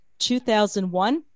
2001